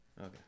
Okay